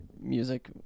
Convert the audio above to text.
music